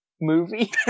movie